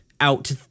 out